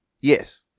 Yes